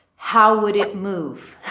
how would it move?